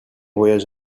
voyage